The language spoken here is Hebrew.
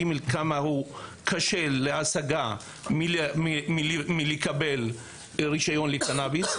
וכמה הוא קשה להשגה מלקבל רישיון לקנביס,